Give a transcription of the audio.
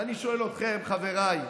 ואני שואל אתכם, חבריי,